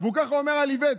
והוא ככה אומר על איווט: